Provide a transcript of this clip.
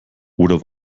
oder